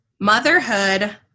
Motherhood